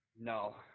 no